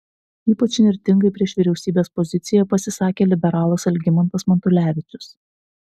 ypač įnirtingai prieš vyriausybės poziciją pasisakė liberalas algimantas matulevičius